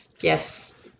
Yes